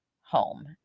home